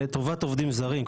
לטובת עובדים זרים,